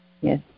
Yes